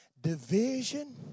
division